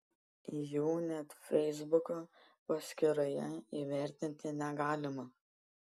jų net feisbuko paskyroje įvertinti negalima